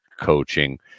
coaching